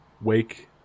wake-